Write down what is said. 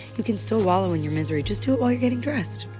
you can still wallow in your misery, just do it while you're getting dressed